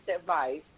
advice